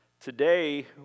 today